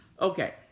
Okay